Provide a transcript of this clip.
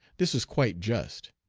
this is quite just.